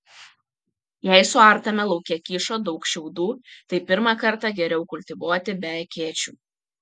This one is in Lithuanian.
jei suartame lauke kyšo daug šiaudų tai pirmą kartą geriau kultivuoti be akėčių